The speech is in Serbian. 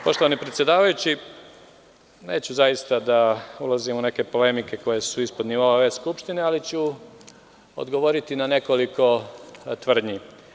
Poštovani predsedavajući, neću da ulazim u neke polemike koje su ispod nivoa ove skupštine, ali ću odgovoriti na nekoliko tvrdnji.